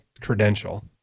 credential